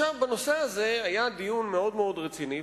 בנושא הזה היה דיון מאוד-מאוד רציני,